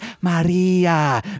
Maria